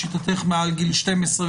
לשיטתך מעל גיל 12,